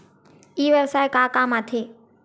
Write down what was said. ई व्यवसाय का काम आथे?